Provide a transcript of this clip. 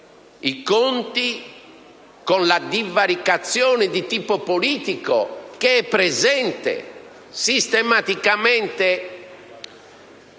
i conti con la divaricazione di tipo politico presente sistematicamente